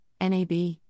NAB